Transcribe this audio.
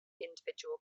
individual